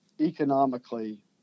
economically